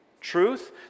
truth